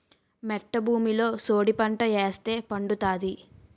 మెట్ట భూమిలో సోడిపంట ఏస్తే పండుతాది